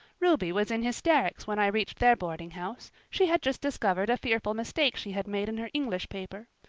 ruby was in hysterics when i reached their boardinghouse she had just discovered a fearful mistake she had made in her english paper.